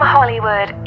Hollywood